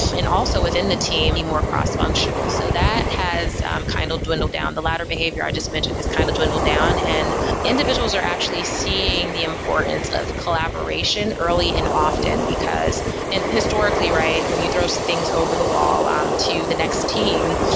and also within the team, be more cross-functional. so that has um kind of dwindled down. the latter behavior, i just mentioned has kind of dwindled down. and individuals are actually seeing the importance of collaboration early and often, because and historically, right? when you throw things over the wall um to the next team,